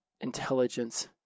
intelligence